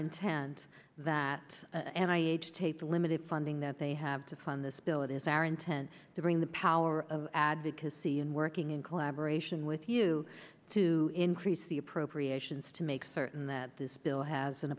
intent that and i aged tape limited funding that they have to fund this bill it is our intent to bring the power of advocacy in working in collaboration with you to increase the appropriations to make certain that this bill has